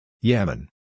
Yemen